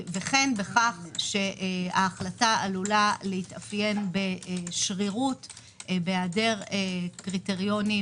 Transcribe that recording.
וכן בכך שההחלטה עלולה להתאפיין בשרירות בהיעדר קריטריונים